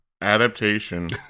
Adaptation